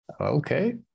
okay